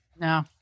no